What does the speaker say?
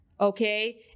okay